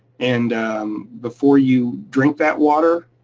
and before you drink that water,